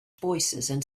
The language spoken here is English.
voicesand